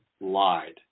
lied